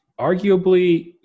Arguably